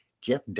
jeff